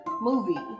movie